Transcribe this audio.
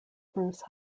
bruce